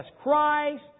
Christ